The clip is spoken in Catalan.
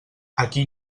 aquí